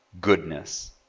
Goodness